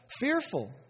fearful